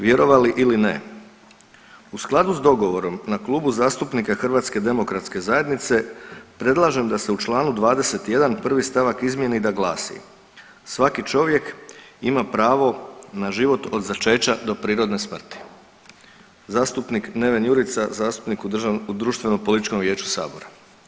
Vjerovali ili ne u skladu s dogovorom na Klubu zastupnika HDZ-a predlažem da se u čl. 21. prvi stavak izmijeni i da glasi „svaki čovjek ima pravo na život od začeća do prirodne smrti“, zastupnik Neven Jurica, zastupnik u društvenopolitičkom vijeću sabora.